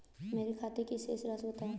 मेरे खाते की शेष राशि बताओ?